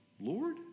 Lord